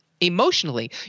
emotionally